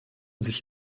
sich